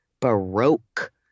baroque